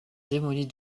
démolie